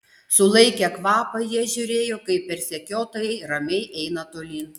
sulaikę kvapą jie žiūrėjo kaip persekiotojai ramiai eina tolyn